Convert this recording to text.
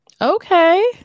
Okay